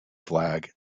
flag